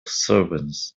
servants